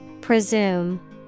Presume